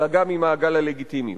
אלא גם ממעגל הלגיטימיות.